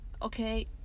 okay